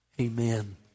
Amen